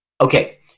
okay